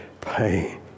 pain